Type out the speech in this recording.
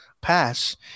pass